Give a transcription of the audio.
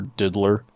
diddler